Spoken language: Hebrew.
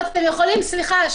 אתם יכולים להגיד,